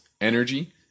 energy